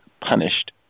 punished